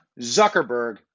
Zuckerberg